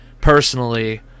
personally